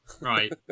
Right